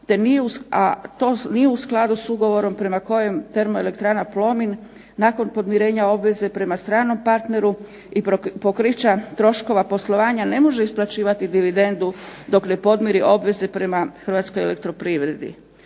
a to nije u skladu s ugovorom prema kojem termoelektrana Plomin nakon podmirenja obveze prema stranom partneru i pokrića troškova poslovanja ne može isplaćivati dividendu dok ne podmiri obveze prema Hrvatskoj elektroprivredi.